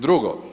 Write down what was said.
Drugo.